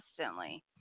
constantly